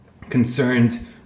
concerned